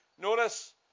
Notice